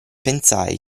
pensai